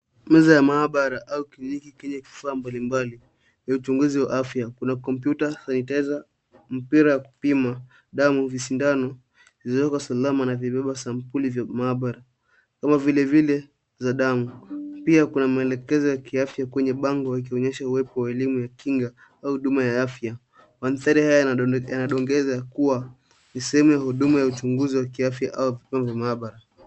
Meza ya maabara au kliniki yenye vifaa mbali mbali ya uchunguzi wa afya ina kompyuta na itaeza mpira wa kupima damu visindano vilioko salama na vimebeba sampuli ya maabara kama vile vile za damu pia kuna maelekezo ya kiafya kwenye bango yakionyesha kuwepo kwa elimu ya kinga au huduma ya afya mandhari haya yanadongeza ya kuwa ni sehemu ya huduma ya uchunguzi ya kiafya au viombo vya maabara